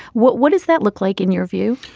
what what does that look like, in your view?